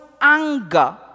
anger